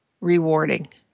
rewarding